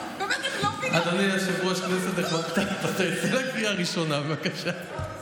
נכבדה, תעשה לה "קריאה ראשונה", בבקשה.